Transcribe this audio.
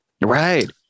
right